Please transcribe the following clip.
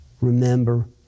remember